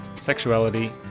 sexuality